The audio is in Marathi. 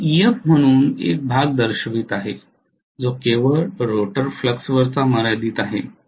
मी Ef म्हणून एक भाग दर्शवित आहे जो केवळ रोटर फ्लक्सवरच मर्यादित आहे